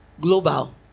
global